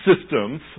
systems